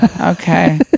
Okay